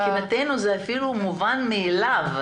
מבחינתנו זה אפילו מובן מאליו,